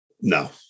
No